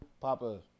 Papa